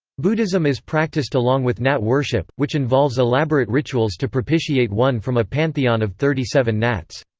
buddhism is practised along with nat worship, which involves elaborate rituals to propitiate one from a pantheon of thirty seven nats.